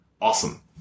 awesome